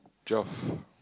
twelve